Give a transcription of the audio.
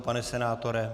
Pane senátore?